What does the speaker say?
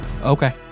Okay